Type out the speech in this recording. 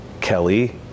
Kelly